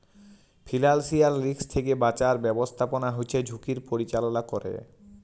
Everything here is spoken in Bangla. ফিলালসিয়াল রিসক থ্যাকে বাঁচার ব্যাবস্থাপনা হচ্যে ঝুঁকির পরিচাললা ক্যরে